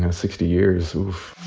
and sixty years oof